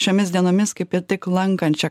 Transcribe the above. šiomis dienomis kaip tik lankančią